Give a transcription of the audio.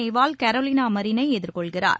Nehwal Carolina மரினை எதிர்கொள்கிறார்